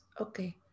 okay